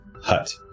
hut